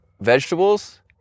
vegetables